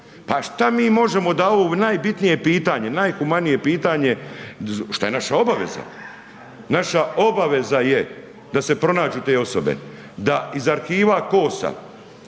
Pa šta mi možemo da ovo najbitnije pitanje, najhumanije pitanje šta je naša obaveza, naša obaveza je da se pronađu te osobe, da iz arhiva KOS-a